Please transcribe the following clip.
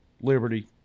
Liberty